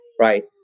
right